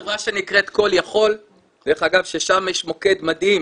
יש חברה שנקראת כל-יכול, ששם יש מוקד מדהים